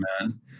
man